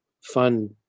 fun